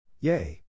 Yay